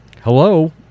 Hello